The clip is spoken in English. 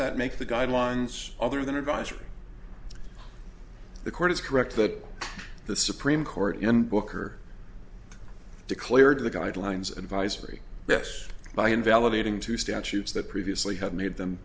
that make the guidelines other than advisory the court is correct that the supreme court in booker declared the guidelines and vice very yes by invalidating to statutes that previously have made them